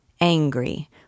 angry